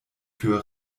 für